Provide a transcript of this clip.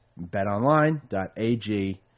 BetOnline.ag